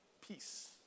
peace